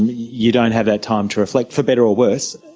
you don't have time to reflect, for better or worse.